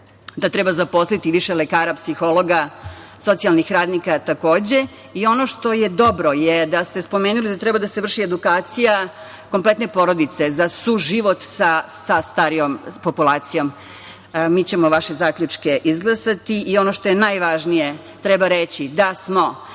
Da treba zaposliti više lekara, psihologa, socijalnih radnika takođe i ono što je dobro je da ste spomenuli da treba da se vrši edukacija kompletne porodice za suživot sa starijom populacijom. Mi ćemo vaše zaključke izglasati i ono što je najvažnije, treba reći da smo